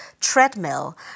treadmill